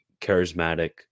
charismatic